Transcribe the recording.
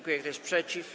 Kto jest przeciw?